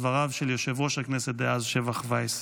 דבריו של יושב-ראש הכנסת דאז שבח וייס,